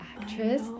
actress